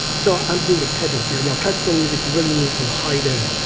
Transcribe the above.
so i'm being a pedant here yeah classical music really means from haydn,